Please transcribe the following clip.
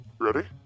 Ready